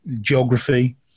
Geography